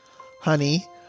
honey